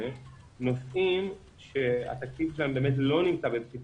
נושאים שהתקציב שלהם לא נמצא בבסיס